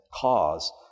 cause